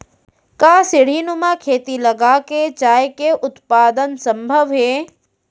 का सीढ़ीनुमा खेती लगा के चाय के उत्पादन सम्भव हे?